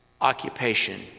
occupation